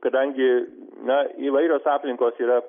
kadangi na įvairios aplinkos yra